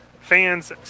Fans